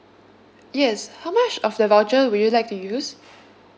yes how much of the voucher will you like to use